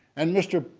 and mr.